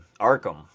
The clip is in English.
Arkham